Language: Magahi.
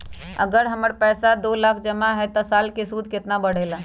अगर हमर पैसा दो लाख जमा है त साल के सूद केतना बढेला?